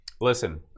Listen